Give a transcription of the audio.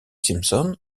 simpson